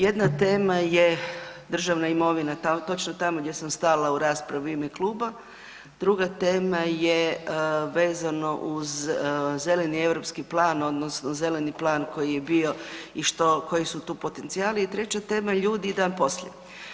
Jedna tema je državna imovina, točno tamo gdje sam stala u ime kluba, druga tema je vezano uz Zeleni europski plan odnosno Zeleni plan koji je bio i što, koji su tu potencijali i treća tema ljudi i dan poslije.